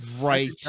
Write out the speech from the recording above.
Right